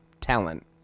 talent